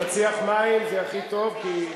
אני מציע לך מים, זה הכי טוב.